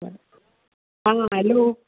आं हॅलो